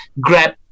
grab